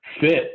fit